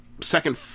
second